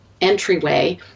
entryway